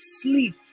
sleep